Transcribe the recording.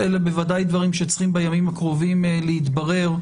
אלה בוודאי דברים שצריכים בימים הקרובים להתברר.